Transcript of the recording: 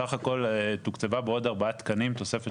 סך הכל תוקצבה בעוד ארבעה תקנים תוספת